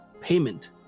payment